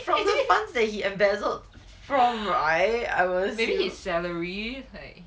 from the funds that he embezzled from right I was